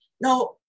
Now